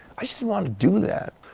i didn't want to do that.